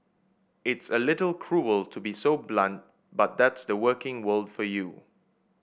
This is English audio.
it's a little cruel to be so blunt but that's the working world for you